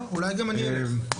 אולי גם אני אלך.